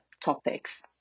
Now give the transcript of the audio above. topics